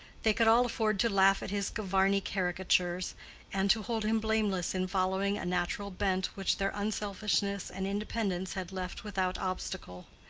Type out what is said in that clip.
they could all afford to laugh at his gavarni-caricatures and to hold him blameless in following a natural bent which their unselfishness and independence had left without obstacle.